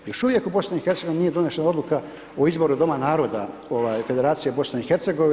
Još uvijek u BIH nije donošena odluka o izboru doma naroda federacije BiH,